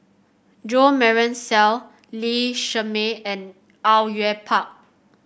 Jo Marion Seow Lee Shermay and Au Yue Pak